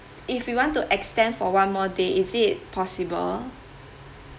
if we want to extend for one more day is it possible